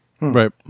right